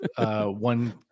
one